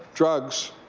drugs,